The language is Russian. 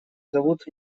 зовут